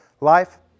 life